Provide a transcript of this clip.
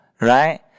right